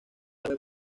puede